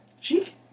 Cheek